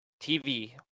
TV